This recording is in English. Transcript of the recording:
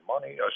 money